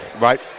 Right